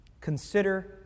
Consider